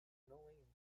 knowing